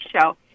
show